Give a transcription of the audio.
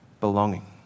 belonging